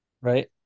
Right